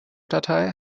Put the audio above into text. datei